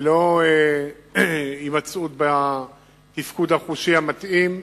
ללא הימצאות בתפקוד החושי המתאים,